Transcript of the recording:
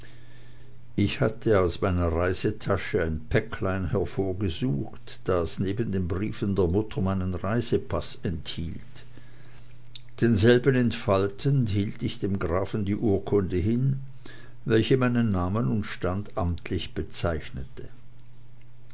ich hatte aus meiner reisetasche ein päcklein hervorgesucht das neben den briefen der mutter meinen reisepaß enthielt denselben entfaltend hielt ich dem grafen die urkunde hin welche meinen namen und stand amtlich bezeichnete